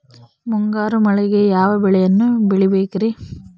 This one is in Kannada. ಮುಂಗಾರು ಮಳೆಗೆ ಯಾವ ಬೆಳೆಯನ್ನು ಬೆಳಿಬೇಕ್ರಿ?